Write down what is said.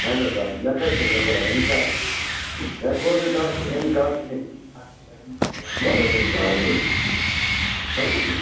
اَہَن حظ آ مےٚ کَتہِ کوٚر مےٚ کوٚرا اِنکار مےٚ کوٚر نہٕ تَتھ اِنکار کیٚنٛہہ وَلہٕ حظ وۅنۍ سہلٕے حظ چھُ